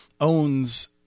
owns